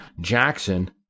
Jackson